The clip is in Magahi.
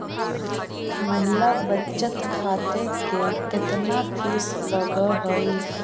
महिला बचत खाते के केतना फीस लगअ हई